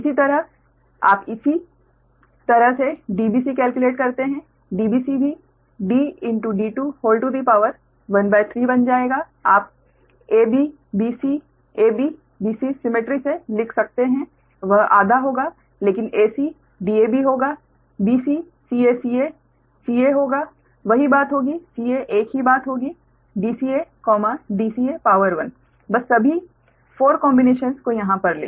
इसी तरह आप इसी तरह से Dbc केल्क्युलेट करते हैं Dbc भी 12 बन जाएगा आप ab bc ab bc symmetry से लिख सकते हैं वह आधा होगा लेकिन ac Dab होगा bccaca ca होगा वही बात होगी ca एक ही बात होगी dcadca बस सभी 4 कोंबिनेशन्स को यहां पर लें